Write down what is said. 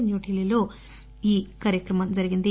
న్యూఢిల్లీలో ఈ కార్యక్రమం జరిగింది